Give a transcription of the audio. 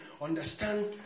understand